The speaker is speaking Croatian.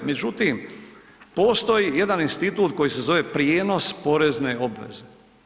Međutim, postoji jedan institut koji se zove prijenos porezne obveze.